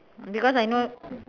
because I know